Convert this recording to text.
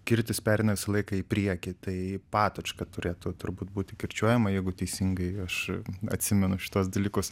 kirtis pereina visą laiką į priekį tai patočka turėtų turbūt būti kirčiuojama jeigu teisingai aš atsimenu šituos dalykus